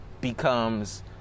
becomes